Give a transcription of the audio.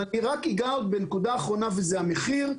אני אגע רק בנקודה אחרונה וזה המחיר,